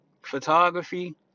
photography